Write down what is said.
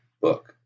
book